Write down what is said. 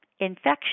Infection